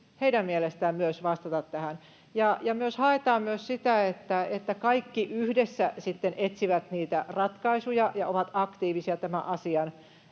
heidän mielestään vastata tähän. Ja haetaan myös sitä, että kaikki yhdessä sitten etsivät niitä ratkaisuja ja ovat aktiivisia tämän asian